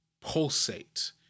pulsate